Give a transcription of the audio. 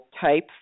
type